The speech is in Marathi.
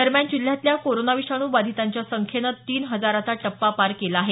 दरम्यान जिल्ह्यातल्या कोरोना विषाणू बाधितांच्या संख्येनं तीन हजाराचा टप्पा पार केला आहे